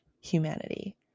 humanity